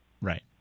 Right